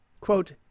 Quote